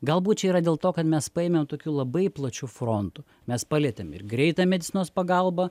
galbūt čia yra dėl to kad mes paėmėm tokiu labai plačiu frontu mes palietėm ir greitąją medicinos pagalbą